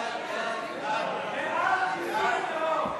חוק המאבק בטרור,